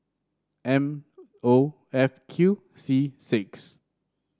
M O F Q C six